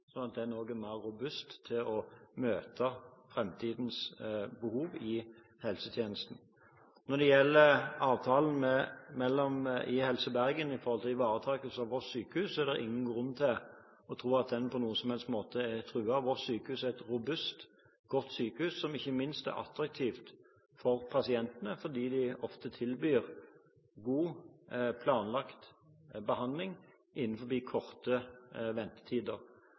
sånn at den også er mer robust til å møte framtidens behov i helsetjenesten. Når det gjelder avtalen med Helse Bergen om ivaretakelse av Voss sjukehus, er det ingen grunn til å tro at den på noen som helst måte er truet. Voss sjukehus er et robust og godt sykehus, som ikke minst er attraktivt for pasientene fordi de ofte tilbyr god, planlagt behandling innenfor korte ventetider.